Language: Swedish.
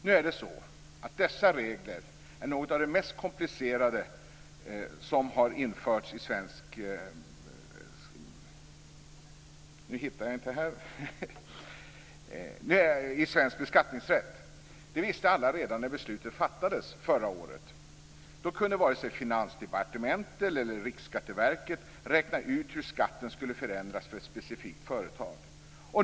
Nu är det så att dessa regler är något av det mest komplicerade som har införts i svensk beskattningsrätt. Det visste alla redan när beslutet fattades förra året. Då kunde vare sig Finansdepartementet eller Riksskatteverket räkna ut hur skatten skulle förändras för ett specifikt företag.